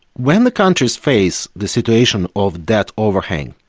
when the countries face the situation of debt overhang,